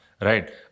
right